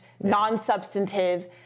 non-substantive